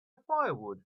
firewood